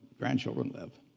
grandchildren live.